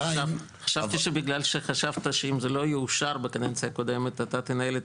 חשבתי שבגלל שחשבת שאם זה לא יאושר בקדנציה קודמת אתה תנהל את